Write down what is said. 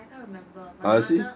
I can't remember my mother